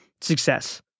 success